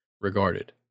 regarded